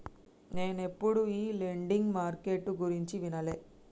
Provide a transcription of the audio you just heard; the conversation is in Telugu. నేనెప్పుడు ఈ లెండింగ్ మార్కెట్టు గురించి వినలే